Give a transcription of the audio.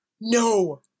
No